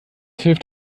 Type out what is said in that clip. hilft